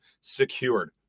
secured